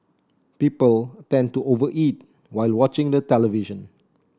people tend to over eat while watching the television